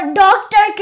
doctor